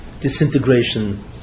disintegration